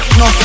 no